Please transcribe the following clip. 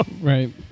Right